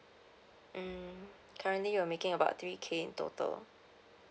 mm currently we're making about three K in total